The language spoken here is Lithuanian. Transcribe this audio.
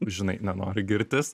žinai nenoriu girtis